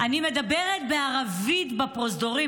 אני מדברת בערבית בפרוזדורים.